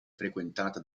frequentata